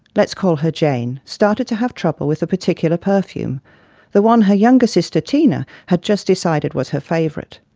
let's call her jane, started to have trouble with a particular perfume the one her younger sister, tina, had just decided was her favourite.